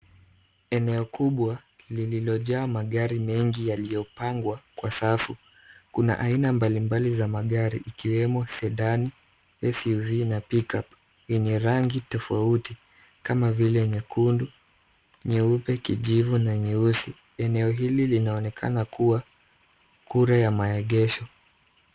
Eneo kubwa lililojaa magari mengi yaliyopangwa kwa safu. Kuna aina mbalimbali za magari ikiwemo Sedani, SUV na Pickup yenye rangi tofauti kama vile nyekundu, nyeupe, kijivu na nyeusi. Eneo hili linaonekana kuwa kura ya maegesho.